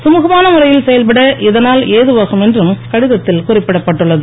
சுமுகமான முறையில் செயல்பட இதஞல் ஏதுவாகும் என்றும் கடிதத்தில் குறிப்பிடப்பட்டுள்ளது